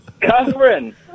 Catherine